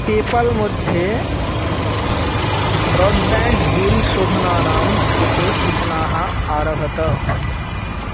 PayPal मध्ये broadband bill शोधनानां कृते सूचनाः आरभत